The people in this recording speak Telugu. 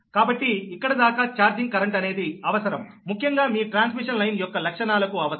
కాబట్టి ఇక్కడి దాకా ఛార్జింగ్ కరెంట్ అనేది అవసరం ముఖ్యంగా మీ ట్రాన్స్మిషన్ లైన్ యొక్క లక్షణాలకు అవసరం